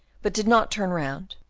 but did not turn round,